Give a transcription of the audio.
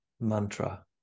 mantra